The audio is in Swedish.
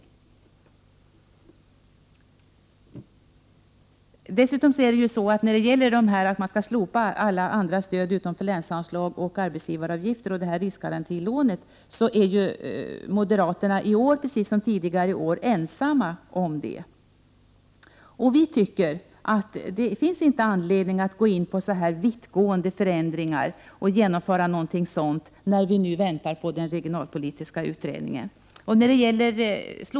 Moderaterna är i år, precis som tidigare år, ensamma om att vilja slopa alla stöd förutom länsanslaget och förordar i stället sänkta arbetsgivaravgifter och ett riskgarantilån. Vi tycker inte att det finns anledning att genomföra så här vittgående förändringar när vi väntar på den regionalpolitiska utredningen.